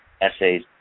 essays